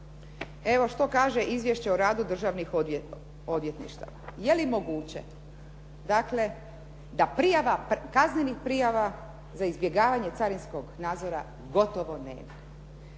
Evo što kaže Izvješće o radu državnih odvjetništava. Je li moguće dakle da prijava, kaznenih prijava za izbjegavanje carinskih nadzora gotovo nema?